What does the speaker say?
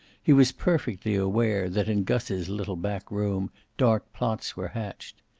he was perfectly aware that in gus's little back room dark plots were hatched.